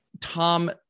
Tom